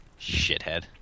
Shithead